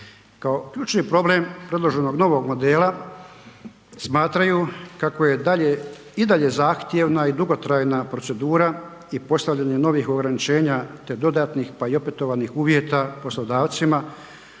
Kao ključni problem predloženog novog modela smatraju kako je dalje, i dalje zahtjevna i dugotrajna procedura i postavljanje novih ograničenja, te dodatnih, pa i opetovanih uvjeta poslodavcima,